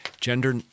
gender